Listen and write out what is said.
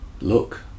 Look